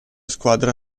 squadra